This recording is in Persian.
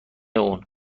اون